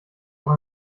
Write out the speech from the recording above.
auch